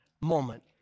moment